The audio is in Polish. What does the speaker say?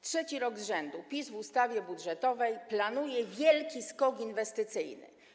Trzeci rok z rzędu PiS w ustawie budżetowej planuje wielki skok inwestycyjny.